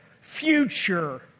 future